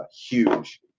Huge